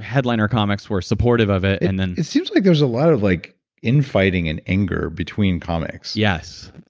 headliner comics were supportive of it, and then it seems like there's a lot of like infighting and anger between comics yes,